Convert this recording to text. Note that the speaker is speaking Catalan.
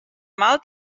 mal